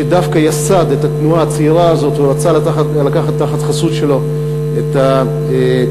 שדווקא ייסד את התנועה הצעירה הזאת ורצה לקחת תחת החסות שלו את "תגלית",